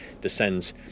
descends